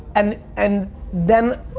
and and then,